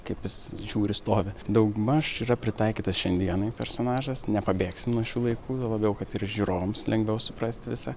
kaip jis žiūri stovi daugmaž yra pritaikytas šiandienai personažas nepabėgsim nuo šių laikų juo labiau kad ir žiūrovams lengviau suprasti visą